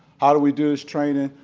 how do we do this training?